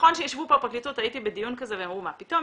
שיישבו פה בפרקליטות הייתי בדיון כזה והם אמרו: מה פתאום,